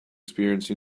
experience